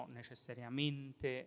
necessariamente